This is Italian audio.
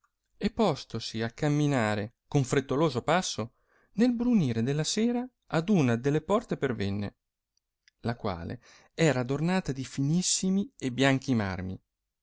e postosi a camminare con frettoloso passo nel brunire della sera ad una delle porte pervenne la quale era adornata di finissimi e bianchi marmi